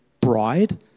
bride